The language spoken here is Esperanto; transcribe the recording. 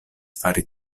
fari